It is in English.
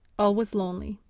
all was lonely,